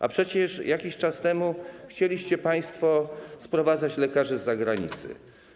A przecież jakiś czas temu chcieliście państwo sprowadzać lekarzy z zagranicy.